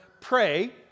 pray